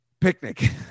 picnic